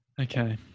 Okay